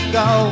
go